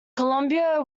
colombo